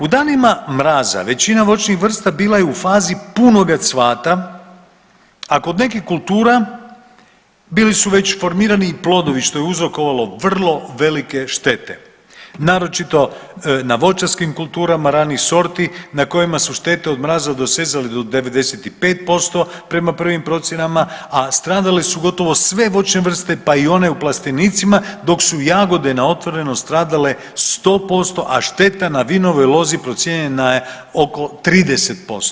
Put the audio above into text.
U danima mraza većina voćnih vrsta bila je u fazi punoga cvata, a kod nekih kultura bili su već formirani i plodovi što je uzrokovalo vrlo velike štete, naročito na voćarskim kulturama ranih sorti na kojima su štete od mraza dosezale do 95% prema prvim procjenama, a stradale su gotovo sve voćne vrste pa i one u plastenicima dok su jagode na otvorenom stradale 100%, a šteta na vinovoj lozi procijenjena je oko 30%